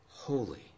holy